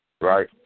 Right